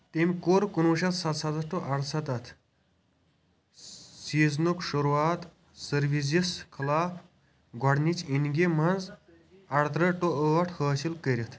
تٔمۍ کوٚر کُنوُہ شتھ ستستھ ٹُو ارستتھ سیٖزنُک شروٗعات سروِزِس خٕلاف گۄڈٕنچ اِنٛگہِ منٛز ارتٕرٛہ ٹُو ٲٹھ حٲصِل كٔرِتھ